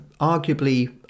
arguably